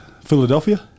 Philadelphia